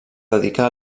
dedicà